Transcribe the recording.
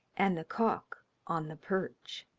and the cock on the perch.